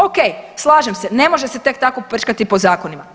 Okej, slažem se, ne može se tek tako prčkati po zakonima.